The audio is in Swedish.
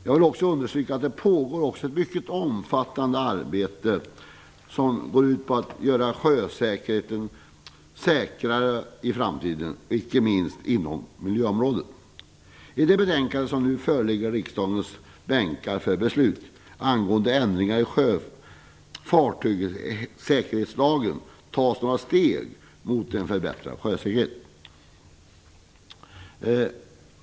Jag vill också understryka att det pågår ett mycket omfattande arbete som går ut på att göra sjöfarten säkrare i framtiden - icke minst inom miljöområdet. I det betänkande som nu ligger på riksdagens bänkar för beslut, angående ändringar i fartygssäkerhetslagen, tas några steg mot en förbättrad sjösäkerhet.